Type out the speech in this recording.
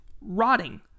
rotting